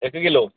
इक्क किलो